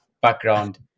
background